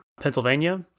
Pennsylvania